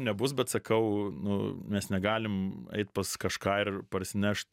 nebus bet sakau nu mes negalim eit pas kažką ir parsinešt